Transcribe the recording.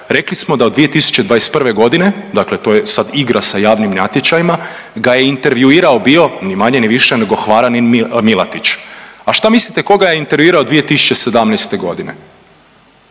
Rekli smo da od 2021.g., dakle to je sad igra sa javnim natječajima, ga je intervjuirao bio ni manje ni više nego Hvaranin Milatić. A šta mislite tko ga je intervjuirao 2017.g.?